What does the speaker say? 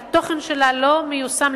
התוכן שלה לא מיושם,